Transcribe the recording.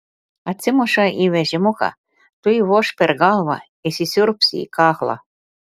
atsimuša į vežimuką tuoj voš per galvą įsisiurbs į kaklą